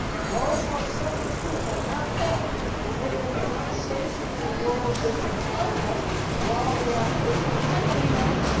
those who accept the truth are not taught that they cannot safely be worldlings in conduct while they are christians in name.